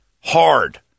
Hard